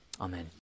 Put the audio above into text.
Amen